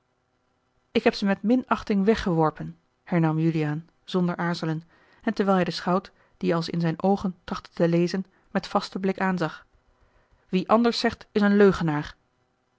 ik heb ze met minachting weggeworpen hernam juliaan zonder aarzelen en terwijl hij den schout die als in zijne oogen trachtte te lezen met vasten blik aanzag wie anders zegt is een leugenaar